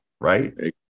Right